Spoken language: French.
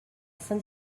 saint